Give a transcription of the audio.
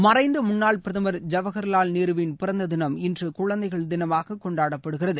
மறைந்த முன்னாள் பிரதமர் ஜவஹர்லால் நேருவின் பிறந்த தினம் இன்று குழந்தைகள் தினமாக கொண்டாடப்படுகிறது